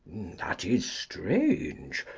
that is strange.